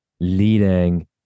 leading